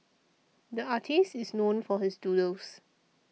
the artist is known for his doodles